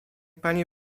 pani